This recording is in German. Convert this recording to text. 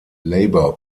labor